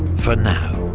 for now.